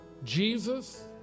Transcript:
jesus